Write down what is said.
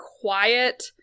quiet